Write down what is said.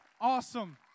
Awesome